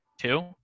two